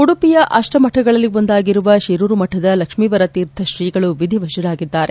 ಉಡುಪಿಯ ಅಷ್ಟಮಠಗಳಲ್ಲಿ ಒಂದಾಗಿರುವ ಶಿರೂರು ಮಠದ ಲಕ್ಷೀವರ ತೀರ್ಥ ತ್ರೀಗಳು ವಿಧಿವಶರಾಗಿದ್ದಾರೆ